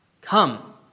Come